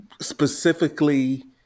specifically